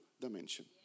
dimension